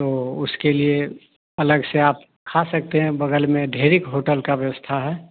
तो उसके लिए अलग से आप खा सकते हैं बगल में ढेरिक होटल का व्यवस्था है